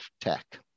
tech